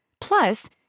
Plus